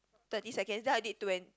thirty seconds then I did twen~